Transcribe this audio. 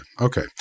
Okay